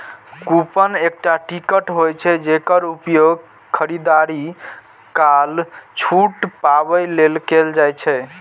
coupon एकटा ticket होइ छै, जेकर उपयोग खरीदारी काल छूट पाबै लेल कैल जाइ छै